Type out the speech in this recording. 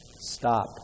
stop